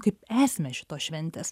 kaip esmę šitos šventės